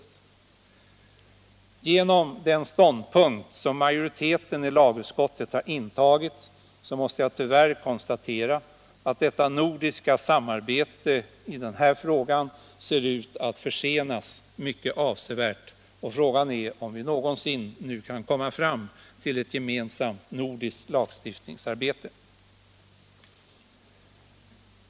Nu måste jag tyvärr konstatera att med den ståndpunkt som lagutskottets majoritet här har intagit kommer det nordiska samarbetet i denna fråga att försenas avsevärt — och frågan är om vi någonsin kommer fram till en gemensam nordisk lagstiftning.